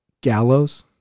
Gallows